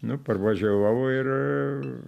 nu parvažiavau ir